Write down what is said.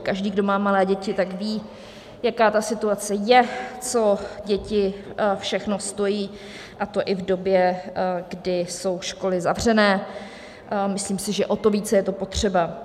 Každý, kdo má malé děti, tak ví, jaká ta situace je, co děti všechno stojí, a to i v době, kdy jsou školy zavřené, myslím si, že o to více je to potřeba.